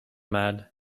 mad